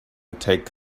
take